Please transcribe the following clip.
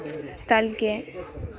تل کے